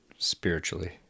spiritually